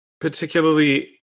particularly